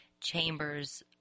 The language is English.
chambers